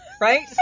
Right